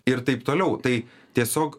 ir taip toliau tai tiesiog